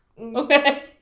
Okay